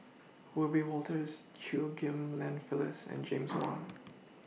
Wiebe Wolters Chew Ghim Lian Phyllis and James Wong